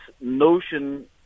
notion